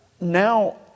now